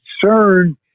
concern